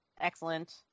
excellent